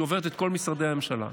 שעוברת את כל משרדי הממשלה,